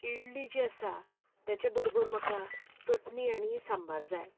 इडली जी आसा ताचे बरोबर म्हाका चटणी आनी सांबार जाय